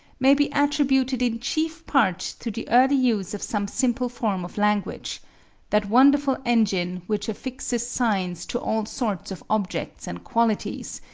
may be attributed in chief part to the early use of some simple form of language that wonderful engine which affixes signs to all sorts of objects and qualities,